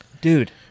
dude